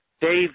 Dave